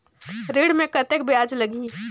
ऋण मे कतेक ब्याज लगही?